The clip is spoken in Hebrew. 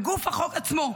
בגוף החוק עצמו,